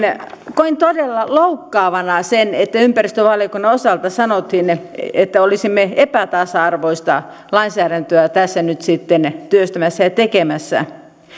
koin todella loukkaavana sen että ympäristövaliokunnan osalta sanottiin että olisimme epätasa arvoista lainsäädäntöä tässä nyt sitten työstämässä ja tekemässä